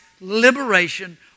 liberation